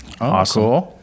awesome